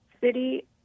City